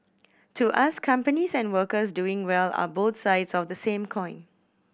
to us companies and workers doing well are both sides of the same coin